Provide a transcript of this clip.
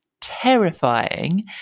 terrifying